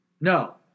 No